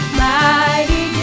mighty